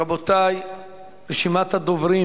רשימת הדוברים